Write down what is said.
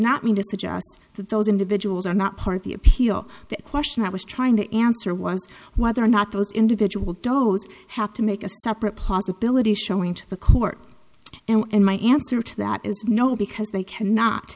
not mean to suggest that those individuals are not part of the appeal the question that was trying to answer was whether or not those individual doe's have to make a separate possibility showing to the court and my answer to that is no because they cannot